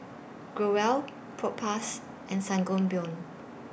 Growell Propass and Sangobion